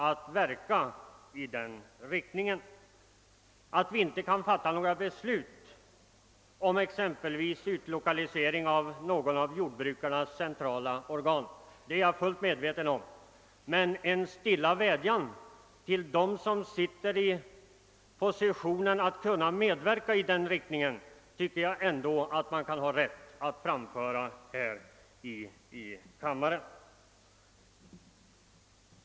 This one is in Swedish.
Att riksdagen inte kan fatta beslut om exempelvis utlokalisering av något av jordbrukarnas centrala organ är jag fuilt medveten om, men jag tycker ändå att man kan ha rätt att här i kammaren framföra en stilla vädjan till dem som sitter i sådan position att de kan medverka till beslut i den riktningen.